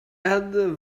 add